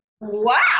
Wow